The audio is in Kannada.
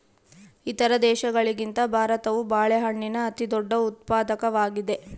ಇತರ ದೇಶಗಳಿಗಿಂತ ಭಾರತವು ಬಾಳೆಹಣ್ಣಿನ ಅತಿದೊಡ್ಡ ಉತ್ಪಾದಕವಾಗಿದೆ